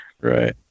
Right